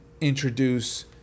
introduce